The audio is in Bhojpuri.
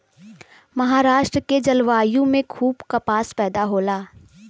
महाराष्ट्र के जलवायु में खूब कपास पैदा होला